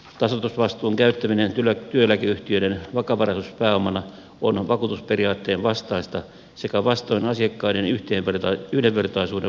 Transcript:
tasoitusvastuun käyttäminen työeläkeyhtiöiden vakavaraisuuspääomana on vakuutusperiaatteen vastaista sekä vastoin asiakkaiden yhdenvertaisuuden vaatimusta